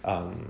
um